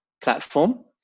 platform